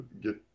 get